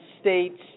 states